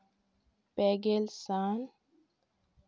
ᱯᱮᱜᱮᱞ ᱥᱟᱱ